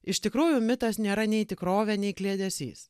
iš tikrųjų mitas nėra nei tikrovė nei kliedesys